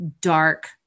dark